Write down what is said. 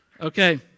Okay